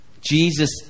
Jesus